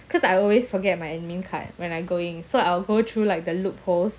cause I always forget my admin card when I go in so I will go through like the loopholes